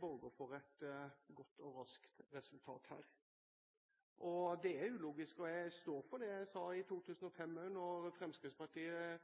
borger for et godt og raskt resultat. Det er også logisk, og jeg står også for det jeg sa i 2005